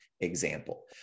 example